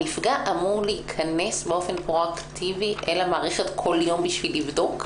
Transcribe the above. הנפגע אמור להיכנס באופן פרו אקטיבי אל המערכת כל יום כדי לבדוק?